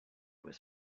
was